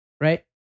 right